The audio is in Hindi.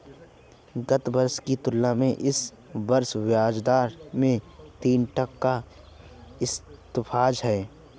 गत वर्ष की तुलना में इस वर्ष ब्याजदर में तीन टके का इजाफा है